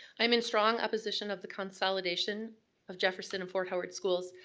i'm in strong opposition of the consolidation of jefferson and fort howard schools.